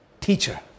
teacher